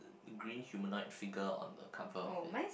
green humanoid trigger on the cover of it